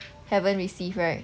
haven't receive right